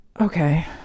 okay